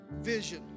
vision